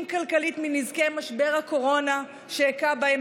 כלכלית מנזקי משבר הקורונה שהיכה בהם,